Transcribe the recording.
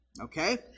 Okay